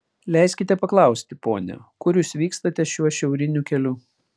leiskite paklausti pone kur jūs vykstate šiuo šiauriniu keliu